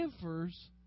givers